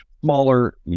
smaller